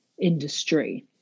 industry